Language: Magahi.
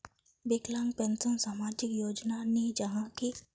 विकलांग पेंशन सामाजिक योजना नी जाहा की?